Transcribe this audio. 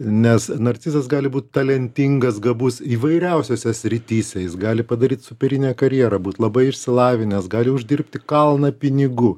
nes narcizas gali būt talentingas gabus įvairiausiose srityse jis gali padaryt superinę karjerą būt labai išsilavinęs gali uždirbti kalną pinigų